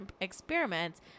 experiments